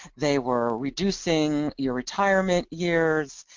they were reducing your retirement years.